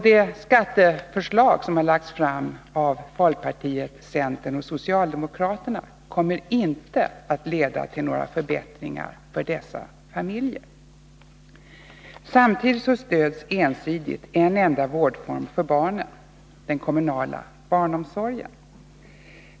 Det skatteförslag som har lagts fram av folkpartiet, centern och socialdemokraterna kommer inte heller att leda till några förbättringar för dessa familjer. Samtidigt stöds ensidigt en enda vårdform för barnen, nämligen den kommunala barnomsorgen.